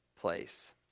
place